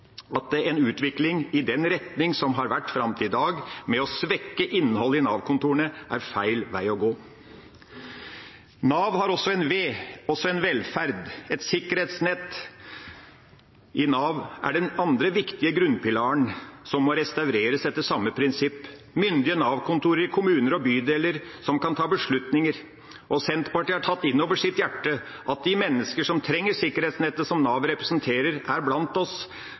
at en utvikling i den retning som har vært fram til i dag, med å svekke innholdet i Nav-kontorene, er feil vei å gå. Nav har også en v – for velferd. Et sikkerhetsnett i Nav er den andre viktige grunnpilaren, som må restaureres etter samme prinsipp – myndige Nav-kontor i kommuner og bydeler som kan ta beslutninger. Senterpartiet har tatt inn over sitt hjerte at de menneskene som trenger sikkerhetsnettet som Nav representerer, er de blant oss